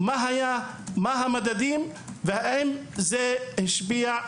מה היה, מה הם המדדים והאם זה השפיע,